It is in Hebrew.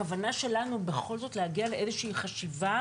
הכוונה שלנו היא בכל זאת להגיע לאיזו שהיא חשיבה,